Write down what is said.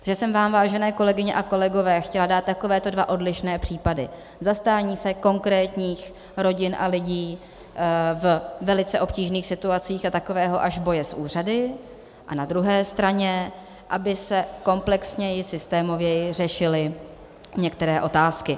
Já jsem vám, vážené kolegyně a kolegové, chtěla dát takovéto dva odlišné případy: zastání se konkrétních rodin a lidí ve velice obtížných situacích a takového až boje s úřady a na druhé straně, aby se komplexněji, systémověji řešily některé otázky.